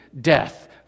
death